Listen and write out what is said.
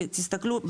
תסתכלו,